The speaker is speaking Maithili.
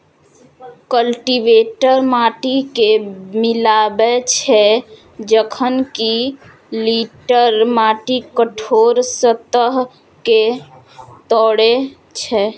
कल्टीवेटर माटि कें मिलाबै छै, जखन कि टिलर माटिक कठोर सतह कें तोड़ै छै